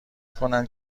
کنند